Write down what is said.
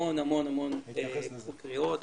המון המון קריאות --- אני אתייחס לזה.